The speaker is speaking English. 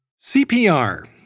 CPR